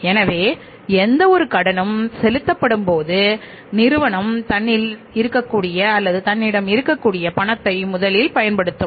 எனவே எந்தவொரு கடனும் செலுத்தப்படும்போது நிறுவனம் தன்னிடம் இருக்கக்கூடிய பணத்தை முதலில் பயன்படுத்தும்